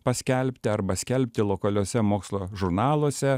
paskelbti arba skelbti lokaliose mokslo žurnaluose